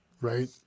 Right